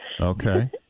Okay